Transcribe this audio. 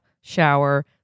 shower